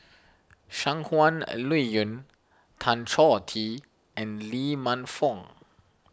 Shangguan Liuyun Tan Choh Tee and Lee Man Fong